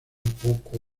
poco